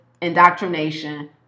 indoctrination